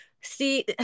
see